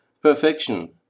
perfection